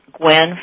Gwen